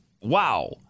Wow